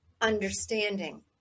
Understanding